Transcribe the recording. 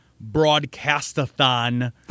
broadcast-a-thon